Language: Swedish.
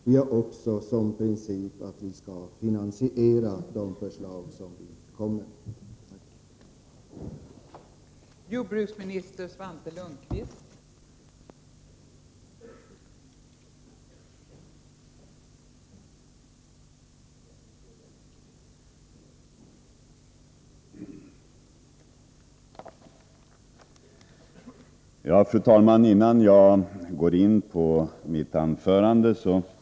Vi har också som princip att vi skall finansiera de förslag som vi lägger fram.